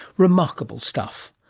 remarkable stuff,